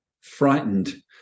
frightened